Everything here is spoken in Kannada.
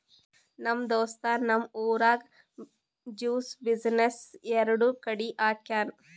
ನಮ್ ದೋಸ್ತ್ ನಮ್ ಊರಾಗ್ ಜ್ಯೂಸ್ದು ಬಿಸಿನ್ನೆಸ್ ಎರಡು ಕಡಿ ಹಾಕ್ಯಾನ್